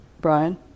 Brian